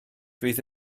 fydd